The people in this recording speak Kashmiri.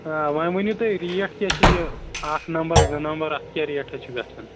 آ وۄنۍ ؤنِو تُہۍ ریٹ کیٛاہ چھِ یہِ اَکھ نَمبر زٕ نَمبر اَتھ کیٛاہ ریٹھا چھِ گژھان